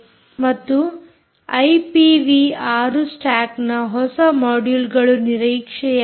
ಮತ್ತು IPv 6 stack ನ ಹೊಸ ಮೊಡ್ಯುಲ್ಗಳು ನಿರೀಕ್ಷೆಯಲ್ಲಿವೆ